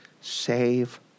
save